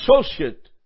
associate